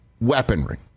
weaponry